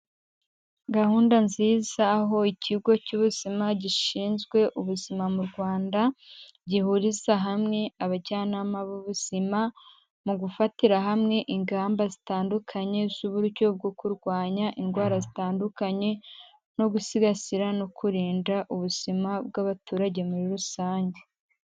Gahunda nziza, aho ikigo cy'ubuzima gishinzwe ubuzima mu Rwanda, gihuriza hamwe abajyanama b' ubuzima, mu gufatira hamwe ingamba zitandukanye z'uburyo bwo kurwanya indwara zitandukanye no gusigasira no kurinda ubuzima bw'abaturage muri rusange.